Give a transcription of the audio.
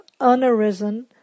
unarisen